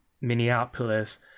Minneapolis